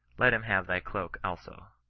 let him have thy cloak also.